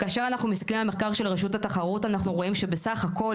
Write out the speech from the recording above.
כאשר אנחנו מסתכלים על מחקר של הרשות התחרות אנחנו רואים שבסך הכול